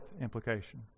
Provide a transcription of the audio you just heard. implication